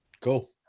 Cool